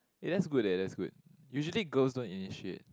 eh that's good eh that's good usually girls don't initiate